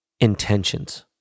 intentions